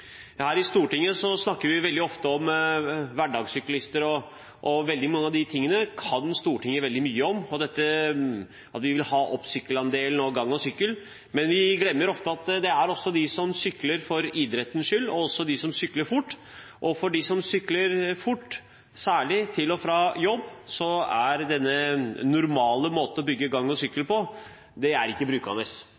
Her i Stortinget snakker vi veldig ofte om hverdagssyklister, og veldig mange av de tingene kan Stortinget veldig mye om – at vi vil ha opp sykkelandelen og gang- og sykkelvei – men vi glemmer ofte at det også er dem som sykler for idrettens skyld, og dem som sykler fort. Og for dem som sykler fort, særlig til og fra jobb, er denne normale måten å bygge gang- og